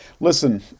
Listen